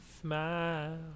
smile